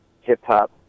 hip-hop